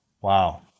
Wow